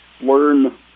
learn